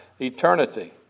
eternity